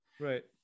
Right